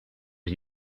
are